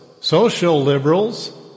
social-liberals